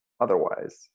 otherwise